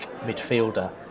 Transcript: midfielder